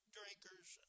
drinkers